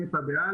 נת"א,